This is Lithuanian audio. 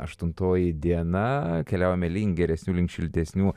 aštuntoji diena keliaujame link geresnių link šiltesnių